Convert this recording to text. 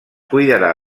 cuidarà